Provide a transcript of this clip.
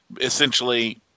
essentially